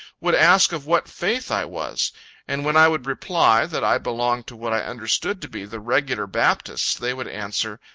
would ask of what faith i was and when i would reply, that i belonged to what i understood to be the regular baptists, they would answer,